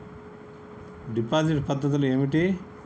Deposit పద్ధతులు ఏమిటి?